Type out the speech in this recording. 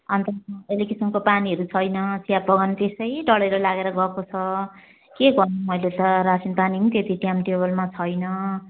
अन्त इरिगेसनको पानीहरू छैन चियाबगान त्यसै ढडेलो लागेर गएको छ के गर्नु अहिले त रासन पानी पनि त्यति टाइम टेबलमा छैन